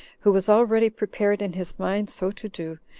who was already prepared in his mind so to do,